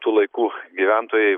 tų laikų gyventojai